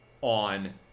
on